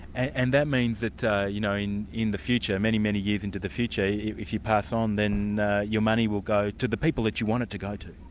and that means that you know in in the future, many, many years into the future, if you pass on, then your money will go to the people that you want it to go to.